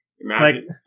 Imagine